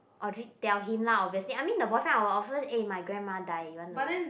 Audrey tell him lah obviously I mean the boyfriend I will of course eh my grandma die you want to